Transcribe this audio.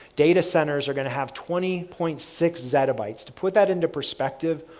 data centers are going to have twenty point six zettabytes. to put that into perspective,